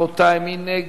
רבותי, מי בעד?